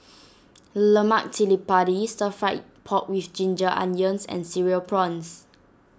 Lemak Cili Padi Stir Fry Pork with Ginger Onions and Cereal Prawns